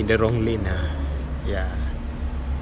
been in the wrong lane ah ya